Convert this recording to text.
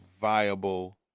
viable